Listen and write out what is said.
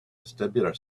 vestibular